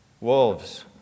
wolves